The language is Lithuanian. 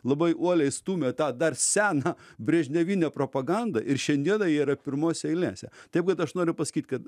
labai uoliai stūmė tą dar seną brežnevinę propagandą ir šiandiena yra pirmose eilėse taip kad aš noriu pasakyt kad